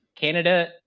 Canada